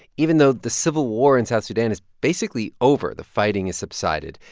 even though the civil war in south sudan is basically over. the fighting has subsided,